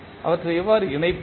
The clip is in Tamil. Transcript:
அவற்றை எவ்வாறு இணைப்போம்